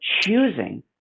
choosing